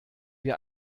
wir